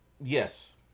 Yes